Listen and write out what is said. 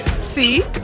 See